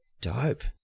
Dope